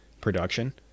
production